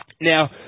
Now